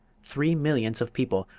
three millions of people,